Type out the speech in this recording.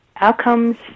outcomes